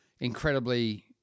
incredibly